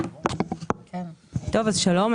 52003. שלום,